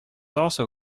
also